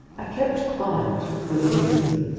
i kept quiet, with good reason.